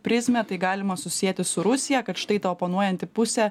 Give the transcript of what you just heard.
prizmę tai galima susieti su rusija kad štai ta oponuojanti pusė